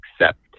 accept